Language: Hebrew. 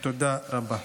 תודה רבה.